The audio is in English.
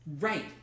right